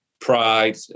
pride